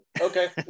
okay